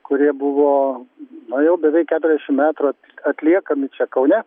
kurie buvo na jau beveik keturiasdešim metrų atliekami čia kaune